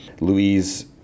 Louise